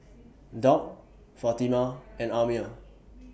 Daud Fatimah and Ammir